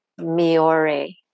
Miore